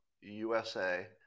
USA